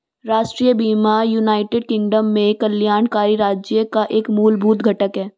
राष्ट्रीय बीमा United Kingdom में कल्याणकारी राज्य का एक मूलभूत घटक है